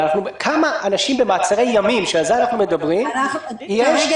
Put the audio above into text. כמה אנשים במעצרי ימים, על זה אנחנו מדברים, יש?